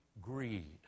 greed